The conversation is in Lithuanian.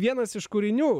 vienas iš kūrinių